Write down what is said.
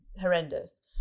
horrendous